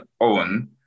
own